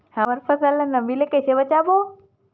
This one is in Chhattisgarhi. हमर फसल ल नमी से क ई से बचाबो?